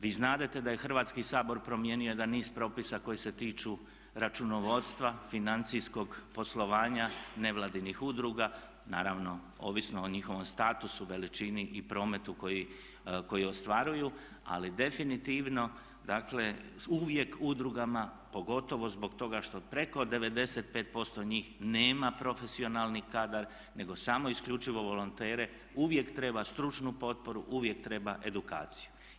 Vi znadete da je Hrvatski sabor promijenio jedan niz propisa koji se tiču računovodstva, financijskog poslovanja nevladinih udruga naravno ovisno o njihovom statusu, veličini i prometu koji ostvaruju ali definitivno dakle uvijek udrugama pogotovo zbog toga što preko 95% njih nema profesionalni kadar nego samo isključivo volontere uvijek treba stručnu potporu, uvijek treba edukaciju.